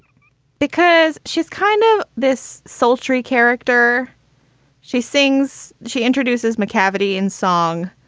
because she is kind of this sultry character she sings she introduces mccafferty in song.